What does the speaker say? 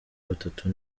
batatu